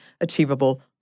achievable